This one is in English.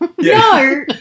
No